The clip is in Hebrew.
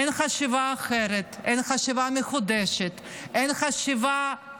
אין חשיבה אחרת, אין חשיבה מחודשת, אין חשיבה